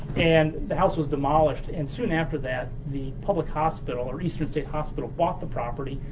and the house was demolished. and soon after that the public hospital, or eastern state hospital bought the property,